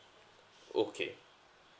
okay